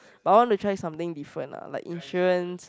but I wanna try something different lah like insurance